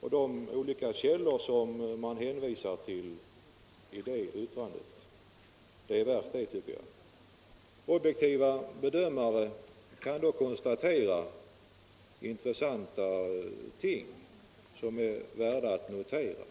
och de olika källor som vi hänvisar till i det yttrandet. Det är värt ett sådant studium, tycker jag. Objektiva bedömare kan då konstatera intressanta ting som bör noteras.